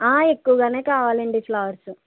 ఆ ఎక్కువగానే కావాలండి ఫ్లవర్స్